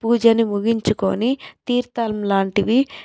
పూజని ముగించుకొని తీర్థం లాంటివి